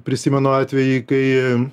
prisimenu atvejį kai